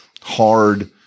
hard